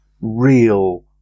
real